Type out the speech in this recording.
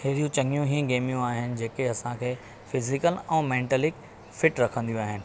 अहिड़ियूं चङियूं ई गेम्यूं आहिनि जेके असांखे फिज़िकल ऐं मैंटली फ़िट रखंदियूं आहिनि